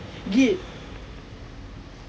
is it